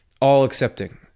all-accepting